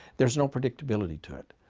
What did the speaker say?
there's no predictability to it.